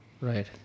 Right